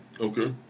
Okay